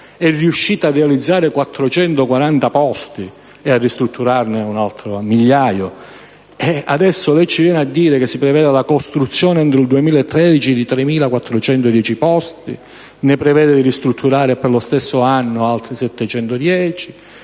riuscito a realizzare 440 posti e a ristrutturarne un altro migliaio? Adesso lei ci viene a dire che si prevede la costruzione entro il 2013 di 3.410 posti, prevede di ristrutturarne per lo stesso anno altri 710,